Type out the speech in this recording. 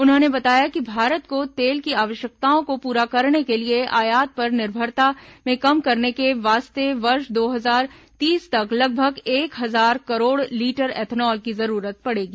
उन्होंने बताया कि भारत को तेल की आवश्यकताओं को पूरा करने के लिए आयात पर निर्भरता में कम करने के वास्ते वर्ष दो हजार तीस तक लगभग एक हजार करोड़ लीटर इथेनॉल की जरूरत पड़ेगी